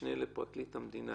למשנה לפרקליט המדינה,